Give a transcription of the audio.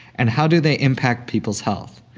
and how do they impact people's health?